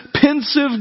pensive